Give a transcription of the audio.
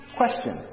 question